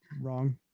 wrong